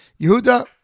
Yehuda